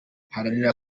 haranira